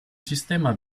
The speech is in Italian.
sistema